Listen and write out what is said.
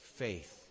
faith